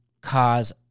cause